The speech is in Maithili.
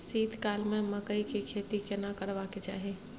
शीत काल में मकई के खेती केना करबा के चाही?